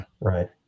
Right